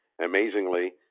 Amazingly